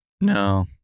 No